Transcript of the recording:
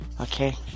okay